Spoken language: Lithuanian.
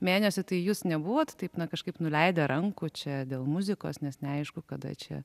mėnesio tai jūs nebuvot taip na kažkaip nuleidę rankų čia dėl muzikos nes neaišku kada čia